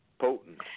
potent